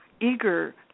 eager